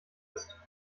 ist